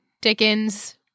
Dickens